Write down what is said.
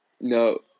No